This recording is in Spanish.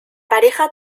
pareja